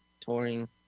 touring